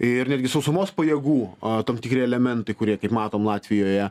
ir netgi sausumos pajėgų a tam tikri elementai kurie kaip matom latvijoje